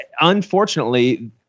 unfortunately